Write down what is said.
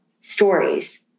stories